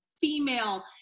female